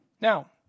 Now